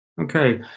Okay